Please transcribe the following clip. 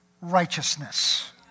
Righteousness